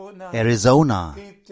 Arizona